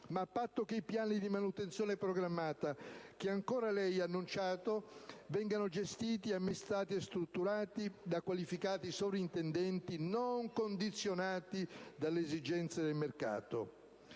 ma a patto che i piani di manutenzione programmata anch'essi annunciati vengano gestiti, amministrati e strutturati da qualificati soprintendenti non condizionati dalle esigenze del mercato.